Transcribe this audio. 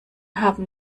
haben